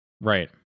Right